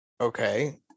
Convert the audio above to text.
Okay